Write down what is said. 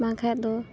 ᱵᱟᱝᱠᱷᱟᱱ ᱫᱚ